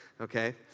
Okay